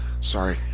sorry